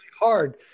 hard